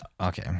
Okay